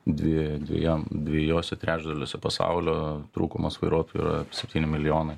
dvi dviem dvejose trečdaliuose pasaulio trūkumas vairuotojų yra septyni milijonai